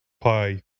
Pi